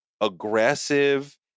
aggressive